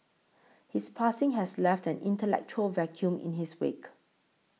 his passing has left an intellectual vacuum in his wake